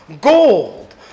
gold